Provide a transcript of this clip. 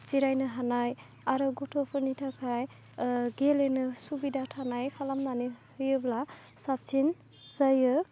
जिरायनो हानाय आरो गथ'फोरनि थाखाय गेलेनो सुबिदा थानाय खालामनानै होयोब्ला साबसिन जायो